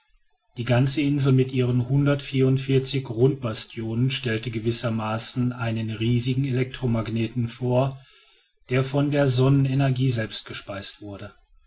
die ganze insel mit ihren hundertvierundvierzig rundbastionen stellte gewissermaßen einen riesigen elektromagneten vor der von der sonnenenergie selbst gespeist wurde